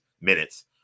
minutes